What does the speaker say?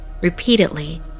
Repeatedly